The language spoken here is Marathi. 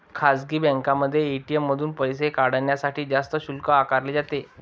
खासगी बँकांमध्ये ए.टी.एम मधून पैसे काढण्यासाठी जास्त शुल्क आकारले जाते